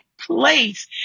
place